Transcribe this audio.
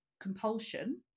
compulsion